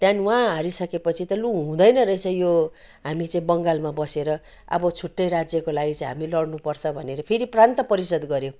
त्यहाँदेखि फेरि उहाँ हारिसकेपछि लु हुँदैन रहेछ यो हामी चाहिँ बङ्गालमा बसेर अब छुट्टै राज्यको लागि चाहिँ हामी लड्नु पर्छ भनेर फेरि प्रान्त परिषद गऱ्यो